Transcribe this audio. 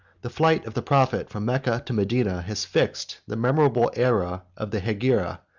the flight of the prophet from mecca to medina has fixed the memorable aera of the hegira,